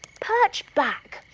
perch back.